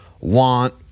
want